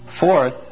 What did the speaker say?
Fourth